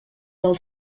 del